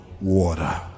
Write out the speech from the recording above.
water